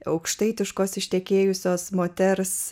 aukštaitiškos ištekėjusios moters